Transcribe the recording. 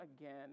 again